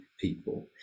people